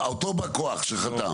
אותו בא כוח שחתם.